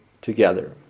together